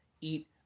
eat